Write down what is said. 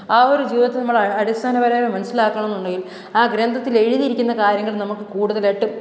ആ ഒരു ജീവിതത്തിൽ നമ്മൾ അടിസ്ഥാനപരമായി മനസ്സിലാക്കണം എന്നുണ്ടെങ്കിൽ ആ ഗ്രന്ഥത്തിൽ എഴുതിയിരിക്കുന്ന കാര്യങ്ങൾ നമുക്ക് കൂടുതലായിട്ട്